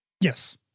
Yes